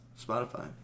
Spotify